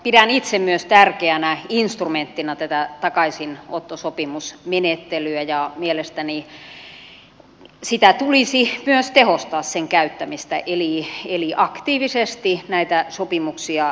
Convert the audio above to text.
pidän itse myös tärkeänä instrumenttina tätä takaisinottosopimusmenettelyä ja mielestäni sen käyttämistä tulisi myös tehostaa eli aktiivisesti näitä sopimuksia neuvotella